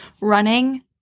running